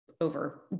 over